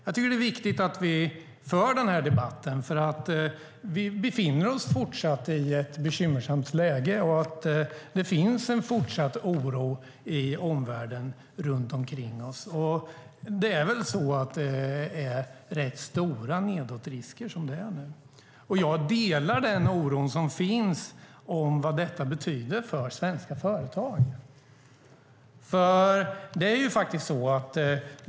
Jag tycker att det är viktigt att vi för den här debatten. Vi befinner oss fortsatt i ett bekymmersamt läge. Det finns en fortsatt oro i omvärlden. Det är rätt stora nedåtrisker. Jag delar oron för vad detta betyder för svenska företag.